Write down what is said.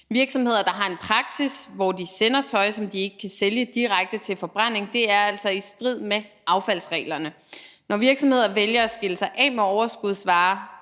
virksomheder har en praksis, hvor de sender tøj, som de ikke kan sælge, direkte til forbrænding, er altså i strid med affaldsreglerne. Når virksomheder vælger at skille sig af med overskudsvarer